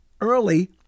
early